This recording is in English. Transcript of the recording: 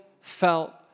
felt